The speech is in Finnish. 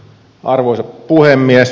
arvoisa puhemies